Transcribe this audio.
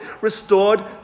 restored